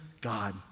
God